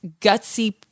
gutsy